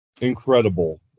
incredible